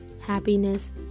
happiness